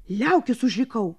liaukis užrikau